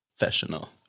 Professional